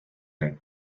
ning